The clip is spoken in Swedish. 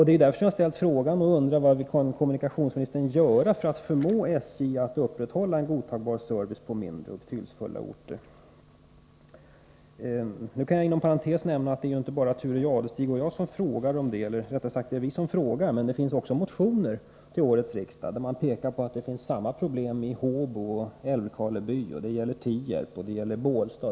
Det är därför jag har framställt interpellationen. Jag undrar: Vad kan kommunikationsministern göra för att förmå SJ att upprätthålla en godtagbar service på mindre, betydelsefulla orter? Jag kan inom parentes nämna att det ju inte bara är Thure Jadestig och jag som frågar om detta — eller, rättare sagt: Det är vi som frågar, men det finns också motioner till årets riksmöte, där man påpekar att samma problem finns i Håbo, Älvkarleby, Tierp och Bålsta.